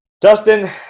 Dustin